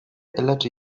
lecz